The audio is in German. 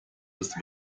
ist